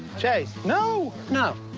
jase. no. no.